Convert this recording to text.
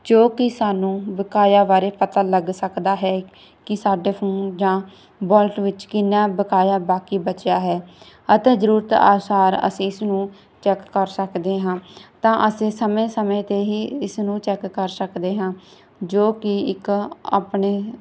ਜੋ ਕਿ ਸਾਨੂੰ ਬਕਾਇਆ ਬਾਰੇ ਪਤਾ ਲੱਗ ਸਕਦਾ ਹੈ ਕਿ ਸਾਡੇ ਫੋਨ ਜਾਂ ਬੋਲਟ ਵਿੱਚ ਕਿੰਨਾ ਬਕਾਇਆ ਬਾਕੀ ਬਚਿਆ ਹੈ ਅਤੇ ਜ਼ਰੂਰਤ ਅਨੁਸਾਰ ਅਸੀਂ ਇਸ ਨੂੰ ਚੈੱਕ ਕਰ ਸਕਦੇ ਹਾਂ ਤਾਂ ਅਸੀਂ ਸਮੇਂ ਸਮੇਂ 'ਤੇ ਹੀ ਇਸ ਨੂੰ ਚੈੱਕ ਕਰ ਸਕਦੇ ਹਾਂ ਜੋ ਕਿ ਇੱਕ ਆਪਣੇ